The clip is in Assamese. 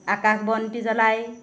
আকাশ বন্তি জ্বলায়